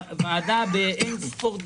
הטענות שהושמעו כלפי עמותת "מצפה לישראל",